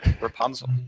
Rapunzel